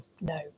No